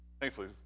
Thankfully